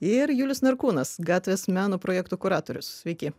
ir julius narkūnas gatvės meno projektų kuratorius sveiki